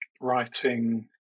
writing